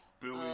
Billy